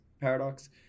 paradox